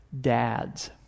Dad's